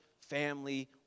family